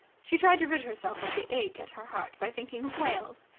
she tried to rid herself of the ache at her heart by thinking of wales.